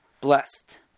blessed